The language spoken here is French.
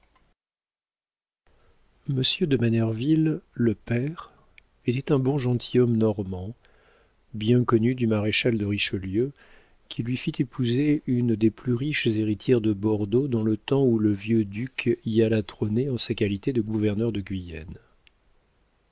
monsieur de manerville le père était un bon gentilhomme normand bien connu du maréchal de richelieu qui lui fit épouser une des plus riches héritières de bordeaux dans le temps où le vieux duc y alla trôner en sa qualité de gouverneur de guienne